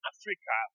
Africa